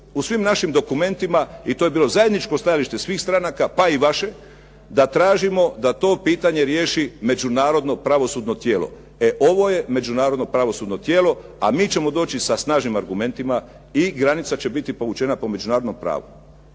u svim našim dokumentima, i to je bilo zajedničko stajalište svih stranaka pa i vaše, da tražimo da to pitanje riješi međunarodno pravosudno tijelo. E ovo je međunarodno pravosudno tijelo, a mi ćemo doći sa snažnim argumentima i granica će biti povučena po međunarodnom pravu.